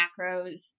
macros